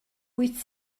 wyt